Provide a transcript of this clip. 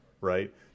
right